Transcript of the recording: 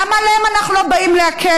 למה עליהם אנחנו לא באים להקל?